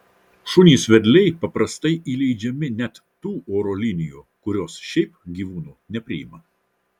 šunys vedliai paprastai įleidžiami net tų oro linijų kurios šiaip gyvūnų nepriima